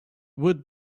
would